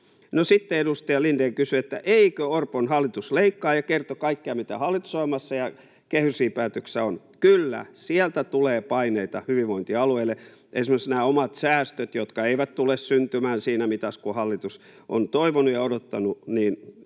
sitten edustaja Lindén kysyi, että eikö Orpon hallitus leikkaa, ja kertoi kaikkea, mitä hallitusohjelmassa ja kehysriihipäätöksessä on. Kyllä, sieltä tulee paineita hyvinvointialueille. Esimerkiksi liittyen näihin omiin säästöihin, jotka eivät tule syntymään siinä mitassa kuin hallitus on toivonut ja odottanut, on